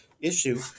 issue